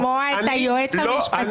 אני רוצה לשמוע את היועץ המשפטי,